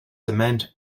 cement